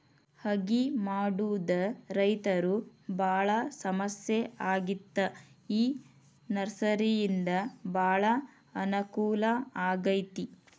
ಅಗಿ ಮಾಡುದ ರೈತರು ಬಾಳ ಸಮಸ್ಯೆ ಆಗಿತ್ತ ಈ ನರ್ಸರಿಯಿಂದ ಬಾಳ ಅನಕೂಲ ಆಗೈತಿ